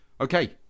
Okay